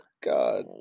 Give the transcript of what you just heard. God